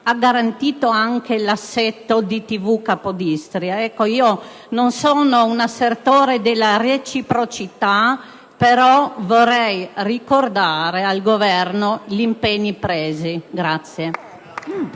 ha garantito anche l'assetto di "TV-Capodistria". Non sono un'assertrice della reciprocità, però vorrei ricordare al Governo gli impegni assunti.